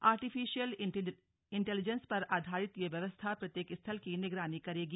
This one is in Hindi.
आर्टिफिशियल इंटलीजेंस पर आधारित यह व्यवस्था प्रत्येक स्थल की निगरानी करेगी